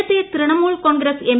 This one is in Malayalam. നേരത്തെ തൃണമൂൽ കോൺഗ്രസ് എം